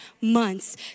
months